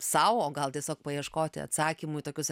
sau o gal tiesiog paieškoti atsakymų į tokius